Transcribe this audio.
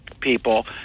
people